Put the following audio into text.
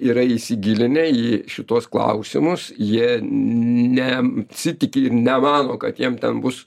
yra įsigilinę į šituos klausimus jie ne sitiki ir nemano kad jiem ten bus